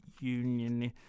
Union